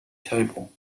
table